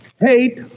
hate